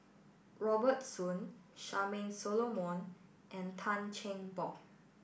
Robert Soon Charmaine Solomon and Tan Cheng Bock